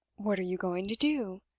what are you going to do?